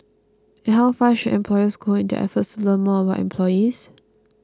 and how far should employers go in their efforts to learn more about employees